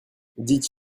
dit